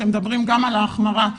אתם מדברים על ההחמרה.